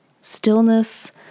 Stillness